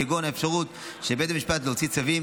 כגון האפשרות של בית המשפט להוציא צווים